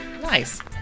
Nice